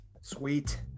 Sweet